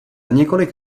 několik